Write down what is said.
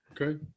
Okay